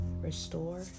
restore